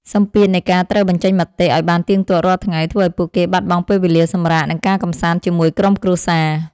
សម្ពាធនៃការត្រូវបញ្ចេញមាតិកាឱ្យបានទៀងទាត់រាល់ថ្ងៃ ធ្វើឱ្យពួកគេបាត់បង់ពេលវេលាសម្រាក និងការកម្សាន្តជាមួយក្រុមគ្រួសារ។